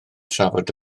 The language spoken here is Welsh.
trafod